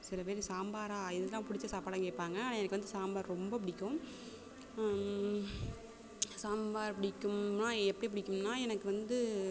சில பேர் சாம்பாரா இதெலாம் பிடிச்ச சாப்பாடான்னு கேட்பாங்க ஆனால் எனக்கு வந்து சாம்பார் ரொம்ப பிடிக்கும் சாம்பார் பிடிக்கும்னா எப்படி பிடிக்கும்னா எனக்கு வந்து